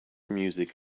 music